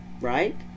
right